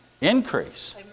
Increase